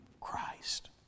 Christ